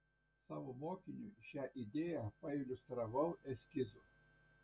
savo mokiniui šią idėją pailiustravau eskizu